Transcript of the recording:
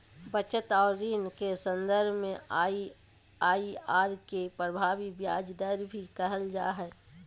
बचत और ऋण के सन्दर्भ में आइ.आइ.आर के प्रभावी ब्याज दर भी कहल जा हइ